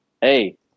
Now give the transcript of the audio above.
hey